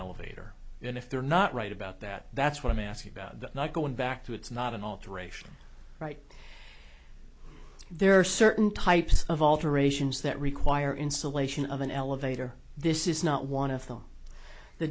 elevator and if they're not right about that that's what i'm asking about not going back to it's not an alteration right there are certain types of alterations that require installation of an elevator this is not one of them the